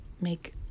make